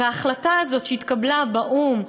וההחלטה הזאת שהתקבלה באו"ם,